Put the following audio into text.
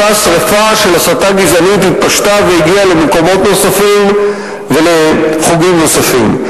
אותה שרפה של הסתה גזענית התפשטה והגיעה למקומות נוספים ולחוגים נוספים.